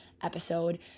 episode